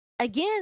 again